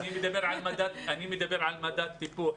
אני מדבר על מדד טיפוח.